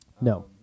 No